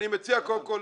אני מציע קודם כל